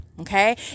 Okay